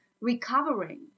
recovering